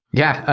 yeah,